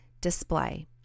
display